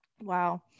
wow